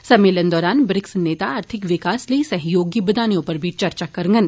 सम्मेलन दौरान ब्रिक्स नेता आर्थिक विकास लेई सहयोग गी बदाने उप्पर बी चर्चा करङन